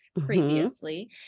previously